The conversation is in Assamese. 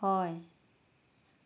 হয়